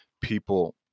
people